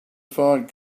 find